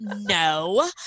no